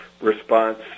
response